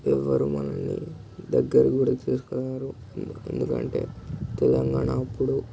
ఎవరు మనల్ని దగ్గరకూడా తీసుకోరు ఎందుకంటే తెలంగాణ అప్పుడు